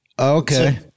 Okay